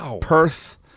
Perth